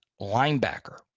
Linebacker